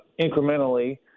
incrementally